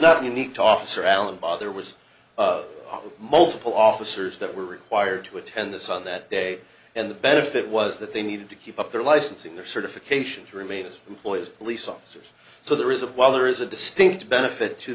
not unique to officer allen bought there was multiple officers that were required to attend this on that day and the benefit was that they needed to keep up their licensing their certification to remain as employers police officers so there is a while there is a distinct benefit to